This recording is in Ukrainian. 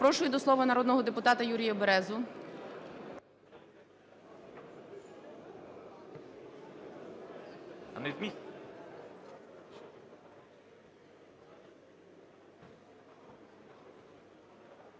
Запрошую до слова народного депутата Юрія Березу.